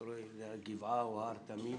אתה רואה גבעה או הר תמים,